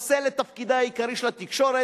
לחסל את תפקידה העיקרי של התקשורת,